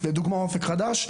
לדוגמא אופק חדש,